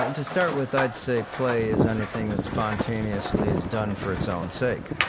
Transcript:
and to start with i'd say play is anything that spontaneously is done for its own sake.